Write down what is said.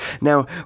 Now